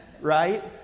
Right